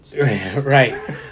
Right